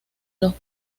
los